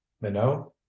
minot